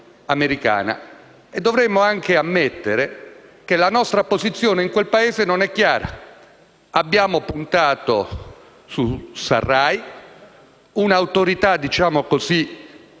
e dovremmo anche ammettere che la nostra posizione in Libia non è chiara. Abbiamo puntato su Serraj, un'autorità a